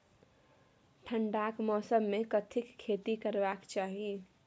ठंडाक मौसम मे कथिक खेती करबाक चाही?